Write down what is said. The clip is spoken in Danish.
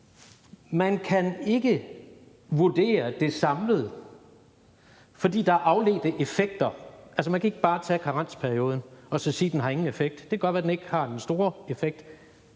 Man kan ikke vurdere det samlede, fordi der er afledte effekter. Man kan altså ikke bare tage karensperioden og så sige, at det ikke har nogen effekt. Det kan godt være, at den ikke har den store effekt